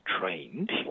trained